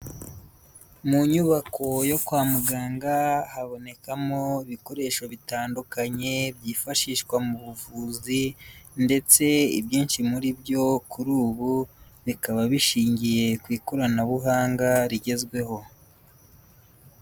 Mu nyubako yo kwa muganga habonekamo ibikoresho bitandukanye byifashishwa mu buvuzi, ndetse ibyinshi muri byo kuri ubu bikaba bishingiye ku ikoranabuhanga rigezweho.